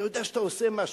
אתה יודע שאתה עושה משהו,